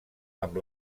amb